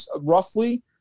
roughly